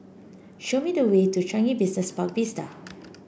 show me the way to Changi Business Park Vista